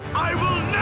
i will